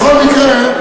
בכל מקרה,